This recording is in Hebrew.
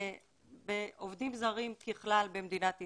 בעובדים זרים ככלל במדינת ישראל,